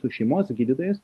su šeimos gydytojais